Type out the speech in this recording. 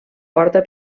porta